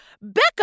Becca